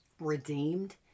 redeemed